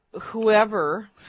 whoever